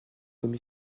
comme